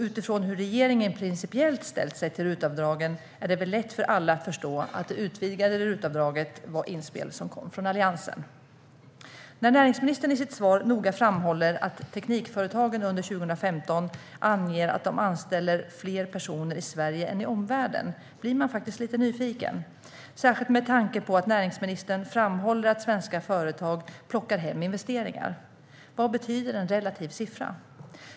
Utifrån hur regeringen principiellt har ställt sig till RUT-avdragen är det väl lätt för alla att förstå att det utvidgade RUT-avdraget var ett inspel som kom från Alliansen. När näringsministern i sitt svar noga framhåller att teknikföretagen under 2015 anger att de anställer fler personer i Sverige än i omvärlden blir man faktiskt lite nyfiken, särskilt med tanke på att näringsministern framhåller att svenska företag plockar hem investeringar. Vad betyder en relativ siffra?